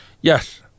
Yes